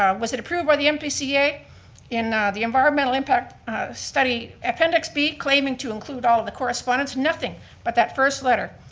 um was it approved by the npca in the environmental impact study? appendix b claiming to include all the correspondence, nothing but that first letter.